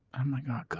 ah my god,